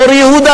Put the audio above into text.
אור-יהודה.